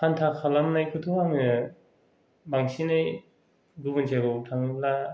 हान्था खालामनायखौथ' आङो बांसिनै गुबुन जायगायाव थांनोब्ला